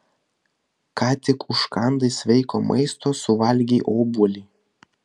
ką tik užkandai sveiko maisto suvalgei obuolį